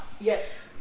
Yes